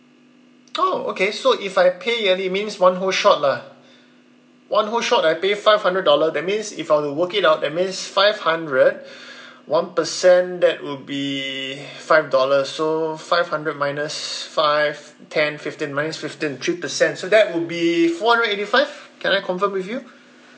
oh okay so if I pay yearly means one whole shot lah one whole shot I pay five hundred dollar that means if I were to work it out that means five hundred one percent that will be five dollar so five hundred minus five ten fifteen minus fifteen three percent so that will be four hundred and eighty five can I confirm with you